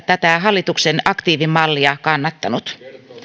tätä hallituksen aktiivimallia kannattanut